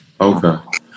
Okay